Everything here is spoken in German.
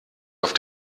auf